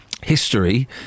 history